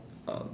um